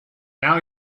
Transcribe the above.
now